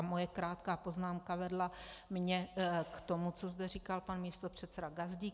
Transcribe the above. Moje krátká poznámka vedla mě k tomu, co zde říkal pan místopředseda Gazdík.